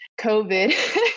covid